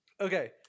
Okay